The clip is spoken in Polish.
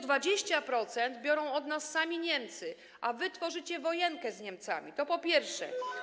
20% biorą od nas Niemcy, a wy prowadzicie wojenkę z Niemcami, to po pierwsze.